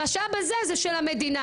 המשאב הזה הוא של המדינה.